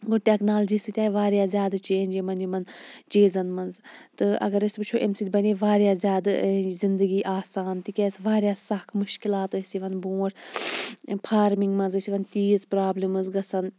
گوٚو ٹیٚکنالجی سۭتۍ آیہِ واریاہ زیادٕ چینٛج یِمَن یِمَن چیٖزَن مَنٛز تہٕ اَگَر أسۍ وٕچھو امہِ سۭتۍ بَنے واریاہ زیادٕ زِندگی آسان تِکیازِ واریاہ سَکھ مُشکِلات ٲسۍ یِوان برٛونٛٹھ پھارمِنٛگ مَنٛز ٲس یِوان تیٖژ پرابلِم ٲسۍ گَژھان